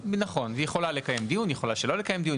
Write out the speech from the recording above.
ואז היא יכולה לקיים דיון או שלא לקיים דיון,